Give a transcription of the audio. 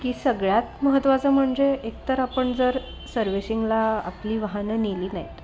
की सगळ्यात महत्त्वाचं म्हणजे एकतर आपण जर सर्विसिंगला आपली वाहने नेली नाहीत